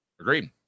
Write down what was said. Agreed